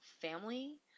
family